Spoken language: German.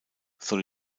soll